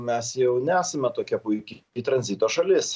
mes jau nesame tokia puiki tranzito šalis